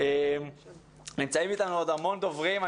נמצאים איתנו הרבה דוברים.